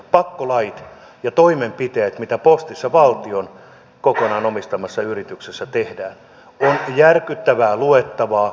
pakkolait ja toimenpiteet mitä postissa valtion kokonaan omistamassa yrityksessä tehdään ovat järkyttävää luettavaa